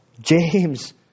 James